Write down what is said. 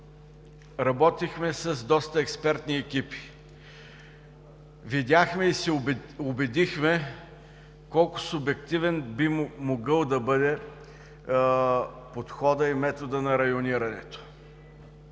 работихме с доста експертни екипи, видяхме и се убедихме колко субективен би могъл да бъде подходът и методът на районирането.